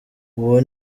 uwo